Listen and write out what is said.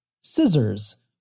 scissors